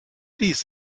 dies